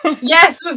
Yes